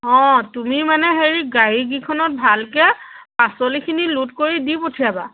অঁ তুমি মানে হেৰি গাড়ীকেইখনত ভালকৈ পাচলিখিনি লোড কৰি দি পঠিয়াবা